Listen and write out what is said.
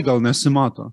gal nesimato